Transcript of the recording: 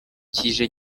kije